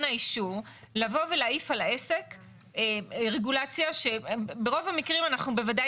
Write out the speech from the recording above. האישור לבוא ולהעיף על העסק רגולציה שברוב המקרים אנחנו בוודאי